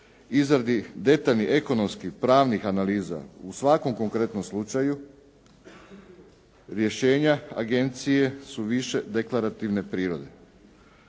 izradi detaljnih ekonomskih, pravnih analiza u svakom konkretnom slučaju rješenja agencije su više deklarativne prirode.